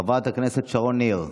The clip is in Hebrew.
חברת הכנסת שרון ניר,